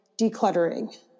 decluttering